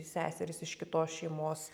seserys iš kitos šeimos